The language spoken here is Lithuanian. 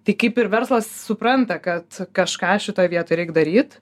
tai kaip ir verslas supranta kad kažką šitoj vietoj reik daryt